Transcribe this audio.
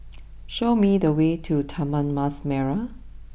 show me the way to Taman Mas Merah